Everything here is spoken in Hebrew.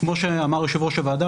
כמו שאמר יושב-ראש הוועדה,